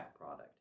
product